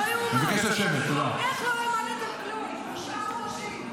חבר הכנסת גלעד קריב, קריאה ראשונה.